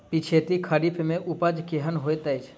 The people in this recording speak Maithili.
पिछैती खरीफ मे उपज केहन होइत अछि?